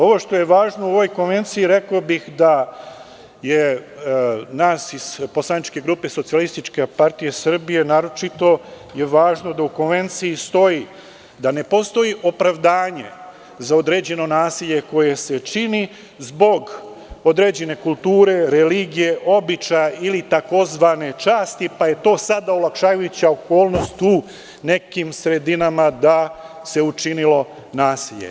Ono što je važno u ovoj konvenciji, posebno za nas iz poslaničke grupe SPS je važno da u konvenciji stoji da ne postoji opravdanje za određeno nasilje koje se čini zbog određene kulture, religije, običaja ili tzv. časti, pa je to sada olakšavajuća okolnost u nekim sredinama da se učinilo nasilje.